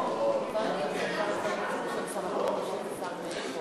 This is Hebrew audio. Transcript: אנחנו עוברים לדיון בהצעה הבאה: הצעת חוק התכנון והבנייה (תיקון,